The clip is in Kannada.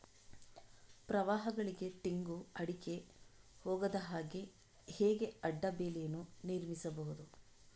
ಪ್ರವಾಹಗಳಿಗೆ ತೆಂಗು, ಅಡಿಕೆ ಹೋಗದ ಹಾಗೆ ಹೇಗೆ ಅಡ್ಡ ಬೇಲಿಯನ್ನು ನಿರ್ಮಿಸಬಹುದು?